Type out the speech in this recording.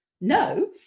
No